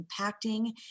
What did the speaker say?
impacting